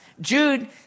Jude